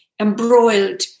embroiled